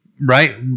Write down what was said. Right